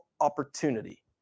opportunity